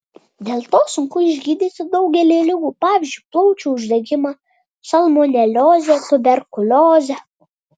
dėl to sunku išgydyti daugelį ligų pavyzdžiui plaučių uždegimą salmoneliozę tuberkuliozę